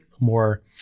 more